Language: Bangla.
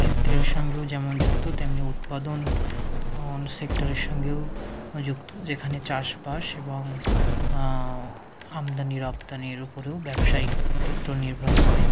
ক্ষেত্রের সঙ্গেও যেমন যুক্ত তেমনি উৎপাদন অন সেক্টরের সঙ্গেও যুক্ত যেখানে চাষবাস এবং আমদানি রপ্তানির উপরেও ব্যবসায়িক ক্ষেত্র নির্ভর করে